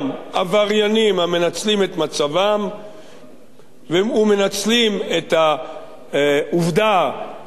המנצלים את מצבם ומנצלים את העובדה שהם מאוד רוצים